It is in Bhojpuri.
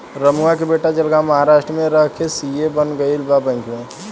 रमुआ के बेटा जलगांव महाराष्ट्र में रह के सी.ए बन गईल बा बैंक में